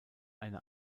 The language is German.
eine